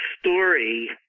story